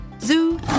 Zoo